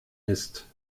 ist